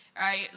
right